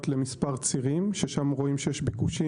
למספר צירים ששם רואים שיש ביקושים,